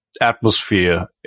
atmosphere